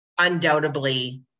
undoubtedly